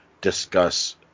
discuss